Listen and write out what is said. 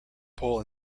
pole